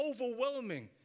overwhelming